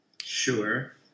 Sure